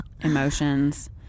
emotions